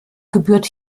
gebührt